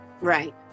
Right